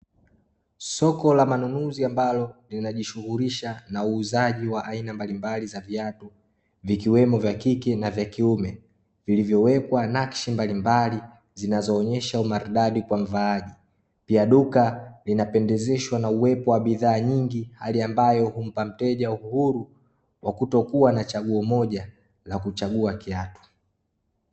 Soko la manunuzi ambalo linajishughulisha na uuzaji wa aina mbalimbali za viatu; vikiwemo vya kike na vya kiume, vilivyowekwa nakshi mbalimbali zinazoonyesha umaridadi kwa mvaaji. Pia duka linapendezeshwa na uwepo wa bidhaa nyingi, hali ambayo humpa mteja uhuru wa kutokuwa na chaguo moja la kuchagua kiatu.